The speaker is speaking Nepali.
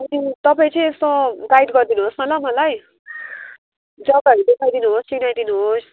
तपाईँ चाहिँ यसो गाइड गरिदिनुहोस् न ल मलाई जग्गाहरू देखाइ दिनुहोस् चिनाइ दिनुहोस्